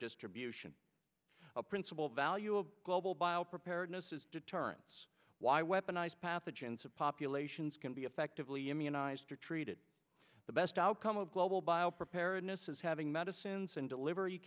distribution of principle value of global bio preparedness is deterrence why weaponized pathogens of populations can be effectively immunized or treated the best outcome of global bio preparedness is having medicines and delivery